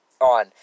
on